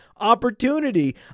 opportunity